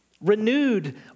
renewed